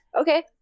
okay